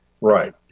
right